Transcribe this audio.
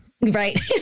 Right